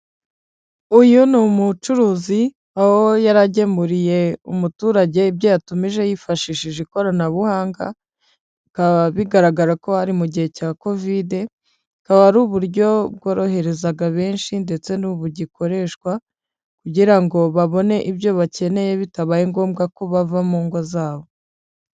Uyu ni umucuruzi aho yaragemuriye umuturage ibyo yatumije yifashishije ikoranabuhanga, bikaba bigaragara ko hari mu gihe cya covid, bikaba ari uburyo bworoherezaga benshi ndetse n'ubu bugikoreshwa kugira ngo babone ibyo bakeneye bitabaye ngombwa ko bava mu ngo zabo.